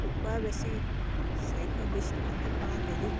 কুকুৰা বেছি চাৰিশ বিশ টকাকে পাওঁ কেজিত